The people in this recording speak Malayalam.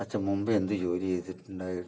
അച്ഛൻ മുൻപേ എന്ത് ജോലി ചെയ്തിട്ടുണ്ടായിരുന്നു